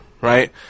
right